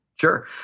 Sure